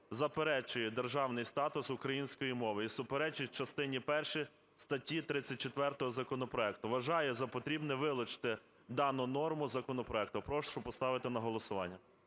заперечує державний статус української мови і суперечить частині першій статті 34 законопроекту. Вважаю за потрібне вилучити дану норму законопроекту. Прошу поставити на голосування.